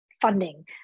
funding